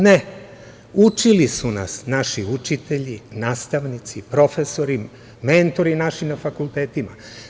Ne, učili su nas naši učitelji, nastavnici, profesori, mentori naši na fakultetima.